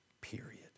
period